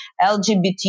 LGBT